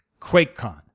QuakeCon